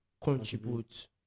contribute